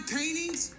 paintings